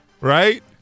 Right